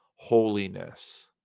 Holiness